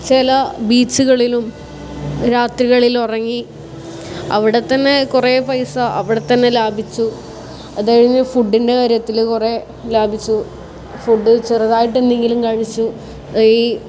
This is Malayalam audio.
ചില ബീച്ചുകളിലും രാത്രികളിൽ ഉറങ്ങി അവിടെ തന്നെ കുറെ പൈസ അവിടെ തന്നെ ലാഭിച്ചു അത് കഴിഞ്ഞ് ഫുഡിൻ്റെ കാര്യത്തിൽ കുറെ ലാഭിച്ചു ഫുഡ് ചെറുതായിട്ട് എന്തെങ്കിലും കഴിച്ചും ഈ